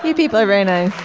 people irena